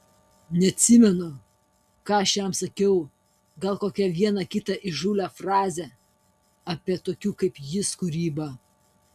neatsimenu ką aš jam sakiau gal kokią vieną kitą įžūlią frazę apie tokių kaip jis kūrybą